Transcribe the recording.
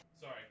Sorry